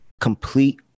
complete